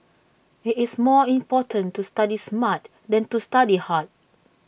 IT is more important to study smart than to study hard